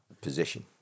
position